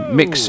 mix